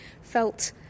felt